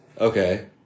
Okay